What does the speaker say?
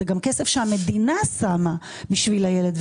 זה גם כסף שהמדינה שמה בשביל הילד,